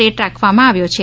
rate રાખવામાં આવ્યો છે